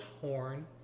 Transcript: horn